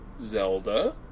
Zelda